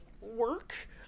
work